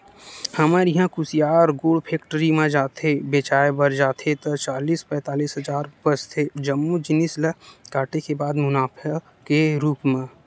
हमर इहां कुसियार गुड़ फेक्टरी म जाथे बेंचाय बर जाथे ता चालीस पैतालिस हजार बचथे जम्मो जिनिस ल काटे के बाद मुनाफा के रुप म